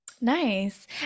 Nice